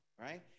Right